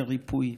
לריפוי.